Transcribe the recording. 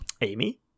Amy